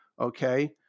okay